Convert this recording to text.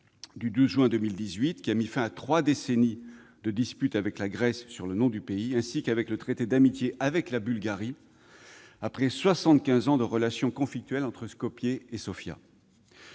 du 12 juin 2018, qui a mis fin à trois décennies de dispute avec la Grèce sur le nom du pays, ainsi qu'avec le traité d'amitié avec la Bulgarie, après soixante-quinze ans de relations conflictuelles entre Skopje et Sofia.